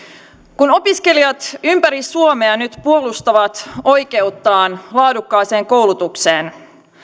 kun opiskelijat ympäri suomea nyt puolustavat oikeuttaan laadukkaaseen koulutukseen